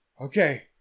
okay